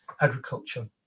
agriculture